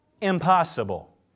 impossible